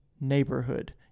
neighborhood